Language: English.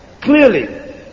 clearly